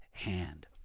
Hand